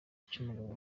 cy’umugabo